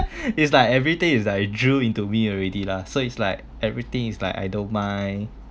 it's like everyday is like drew into me already lah so it's like everything is like I don't mind